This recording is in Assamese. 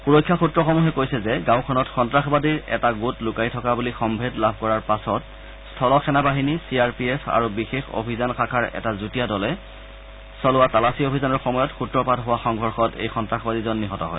সুৰক্ষা সুত্ৰসমূহে কৈছে যে গাঁওখনত সন্তাসবাদীৰ এটা গোট লুকাই থকা বুলি সম্ভেদ লাভ কৰাৰ পাছত স্থল সেনা বাহিনী চি আৰ পি এফ আৰু বিশেষ অভিযান শাখাৰ এটা যুটীয়া দলে চলোৱা তালাচী অভিযানৰ সময়ত সুত্ৰপাত হোৱা সংঘৰ্ষত এই সন্নাসবাদীজন নিহত হয়